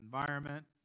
environment